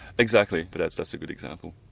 exactly, but that's that's a good example.